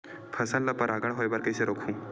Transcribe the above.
फसल ल परागण होय बर कइसे रोकहु?